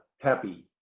happy